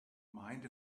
mind